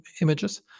images